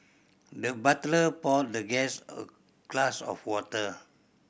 the butler poured the guest a glass of water